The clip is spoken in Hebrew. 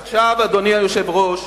עכשיו, אדוני היושב-ראש,